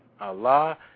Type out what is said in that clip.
Allah